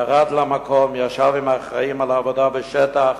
ירד למקום, ישב עם האחראים לעבודה בשטח